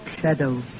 shadow